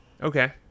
Okay